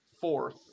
Fourth